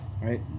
right